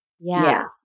Yes